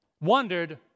wondered